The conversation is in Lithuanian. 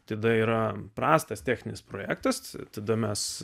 tada yra prastas techninis projektas tada mes